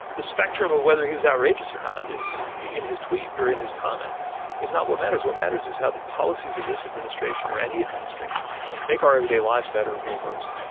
the spectrum of whether he was outrageous or not is in his tweet or in his comment is not what matters what matters is how the policies of this administration or any administration make our everyday lives better or worse.